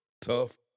Tough